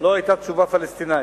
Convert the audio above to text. לא היתה תשובה פלסטינית.